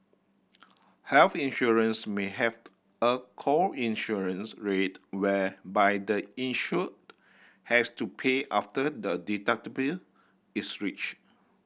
health insurance may have a co insurance rate whereby the insured has to pay after the is reached